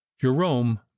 Jerome